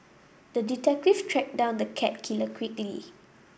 the detective tracked down the cat killer quickly